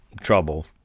trouble